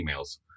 emails